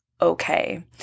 okay